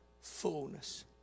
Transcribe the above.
fullness